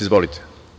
Izvolite.